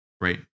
right